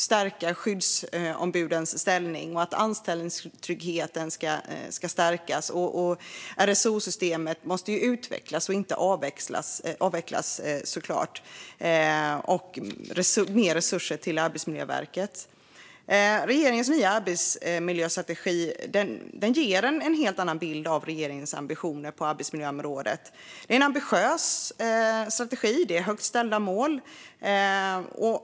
Skyddsombudens ställning måste stärkas, anställningstryggheten måste stärkas, RSO-systemet måste utvecklas - inte avvecklas - och Arbetsmiljöverket behöver mer resurser. Regeringens nya arbetsmiljöstrategi ger en helt annan bild av regeringens ambitioner på arbetsmiljöområdet. Det är en ambitiös strategi med högt ställda mål.